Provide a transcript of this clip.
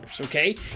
Okay